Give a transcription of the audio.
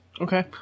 Okay